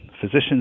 physicians